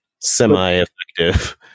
semi-effective